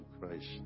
Christ